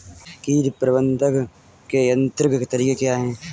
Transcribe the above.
कीट प्रबंधक के यांत्रिक तरीके क्या हैं?